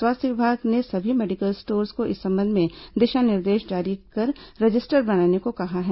स्वास्थ्य विभाग ने सभी मेडिकल स्टोर्स को इस संबंध में दिशा निर्देश जारी कर रजिस्टर बनाने को कहा है